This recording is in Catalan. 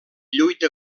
lluita